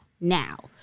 Now